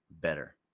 better